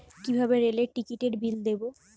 কিভাবে রেলের টিকিটের বিল দেবো?